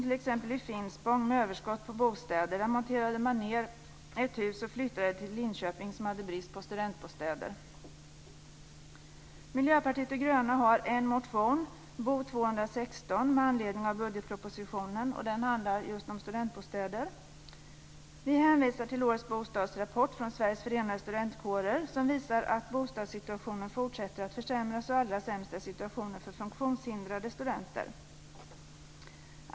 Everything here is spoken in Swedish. T.ex. i Finspång, som har överskott på bostäder, monterade man ned ett hus och flyttade det till Linköping, som hade brist på studentbostäder. Miljöpartiet de gröna har en motion, Bo216, med anledning av budgetpropositionen, och den handlar om just studentbostäder.